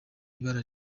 ibara